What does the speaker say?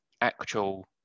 actual